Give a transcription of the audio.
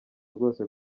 rwose